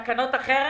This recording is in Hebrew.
החרם?